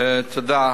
תודה.